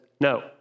no